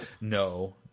no